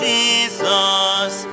Jesus